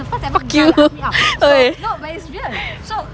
fuck you okay